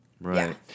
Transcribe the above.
Right